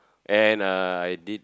and uh I did